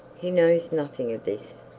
he knows nothing of this.